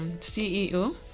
CEO